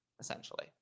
essentially